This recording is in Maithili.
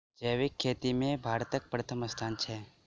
जैबिक खेती मे भारतक परथम स्थान छै